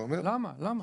למה?